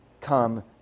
come